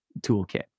toolkit